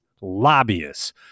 lobbyists